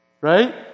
Right